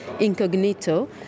incognito